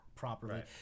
properly